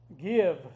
give